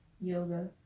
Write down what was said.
yoga